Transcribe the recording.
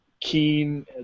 keen